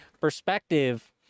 perspective